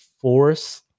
force